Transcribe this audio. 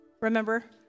Remember